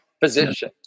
position